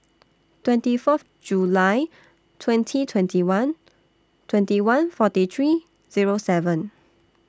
twenty Fourth July twenty twenty one twenty one forty three Zero seven